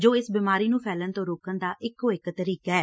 ਜੋ ਇਸ ਬਿਮਾਰੀ ਨੁੰ ਫੈਲਣ ਤੋਂ ਰੋਕਣ ਦਾ ਇਕੋ ਇਕ ਤਰੀਕਾ ਐ